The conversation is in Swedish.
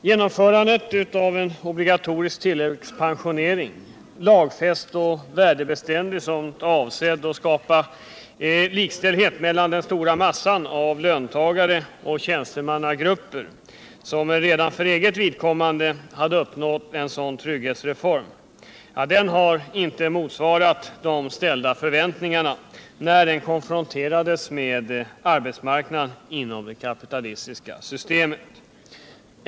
Herr talman! Genomförandet av en obligatorisk tilläggspensionering, lagfäst och värdebeständig, avsedd att skapa likställighet mellan den stora massan av löntagare och tjänstemannagrupper, vilka senare redan för eget vidkommande hade uppnått en sådan trygghetsreform, kom inte att motsvara de ställda förväntningarna när konfrontationen skedde med arbetsmarknaden inom det kapitalistiska systemet.